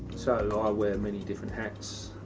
so i wear many different hats,